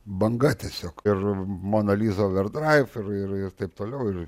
banga tiesiog ir monalizoverdrive ir ir taip toliau ir